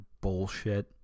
bullshit